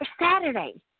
Saturday